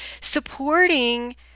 supporting